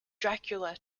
dracula